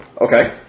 Okay